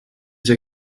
ces